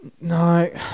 No